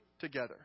together